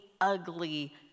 ugly